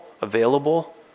available